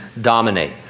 dominate